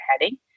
heading